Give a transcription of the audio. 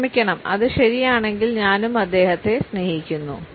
ക്ഷമിക്കണം അത് ശരിയാണെങ്കിൽ ഞാനും അദ്ദേഹത്തെ സ്നേഹിക്കുന്നു